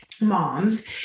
moms